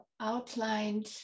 outlined